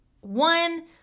one